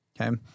Okay